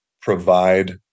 provide